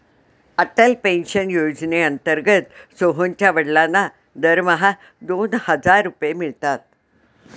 Atal pension योजनेअंतर्गत सोहनच्या वडिलांना दरमहा दोन हजार रुपये मिळतात